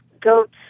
goats